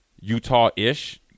Utah-ish